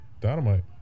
Dynamite